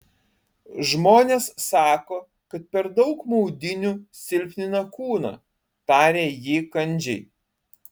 žmonės sako kad per daug maudynių silpnina kūną tarė ji kandžiai